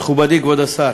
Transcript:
מכובדי כבוד השר,